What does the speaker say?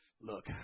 Look